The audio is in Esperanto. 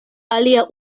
alia